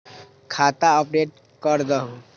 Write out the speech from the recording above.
खाता अपडेट करदहु?